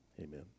Amen